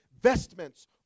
vestments